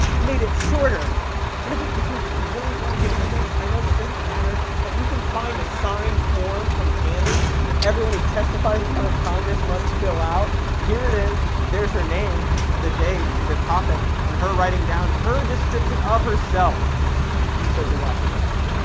made it shorter. and if we. if we. if we really want to get into this i know this doesn't matter but you can find a signed form from candace that everyone who testifies in front of congress must fill out. here it is. there's her name, the date, the topic, and her writing down her description of herself conservative activist.